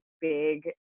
big